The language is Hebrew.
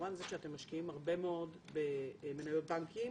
במובן הזה שאתם משקיעים הרבה מאוד במניות בנקים